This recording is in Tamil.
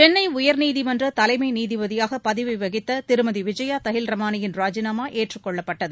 சென்னை உயர்நீதிமன்ற தலைமை நீதிபதியாக பதவி வகித்த திருமதி விஜயா தகில் ரமானியின் ராஜினாமா ஏற்றுக்கொள்ளப்பட்டது